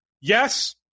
yes